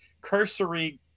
cursory